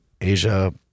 Asia